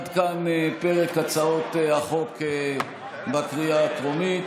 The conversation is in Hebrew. עד כאן פרק הצעות החוק בקריאה הטרומית.